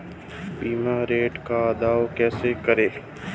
बीमा रिटर्न का दावा कैसे करें?